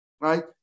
right